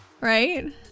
Right